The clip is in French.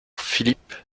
philippe